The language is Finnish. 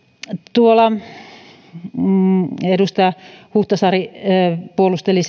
edustaja huhtasaari puolusteli